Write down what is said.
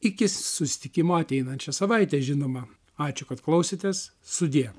iki susitikimo ateinančią savaitę žinoma ačiū kad klausėtės sudie